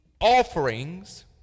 offerings